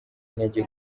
intege